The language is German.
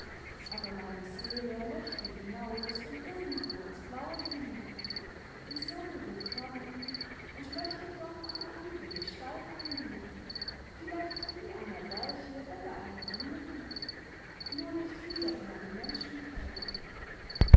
aber meine seele möchte hinaus und irgendwo ins blaue hinein in sonnige femen und möchte dort eine andere gestalt annehmen vielleicht die einer lerche oder einer blume nur nicht wieder in einen